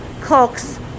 cooks